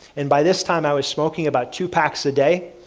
and by this time i was smoking about two packs a day.